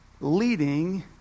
leading